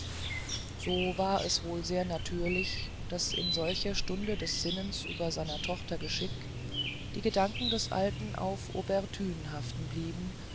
so war es wohl sehr natürlich daß in solcher stunde des sinnens über seiner tochter geschick die gedanken des alten auf aubert thün haften blieben